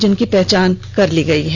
जिसकी पहचान कर ली गई है